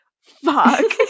Fuck